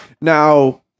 Now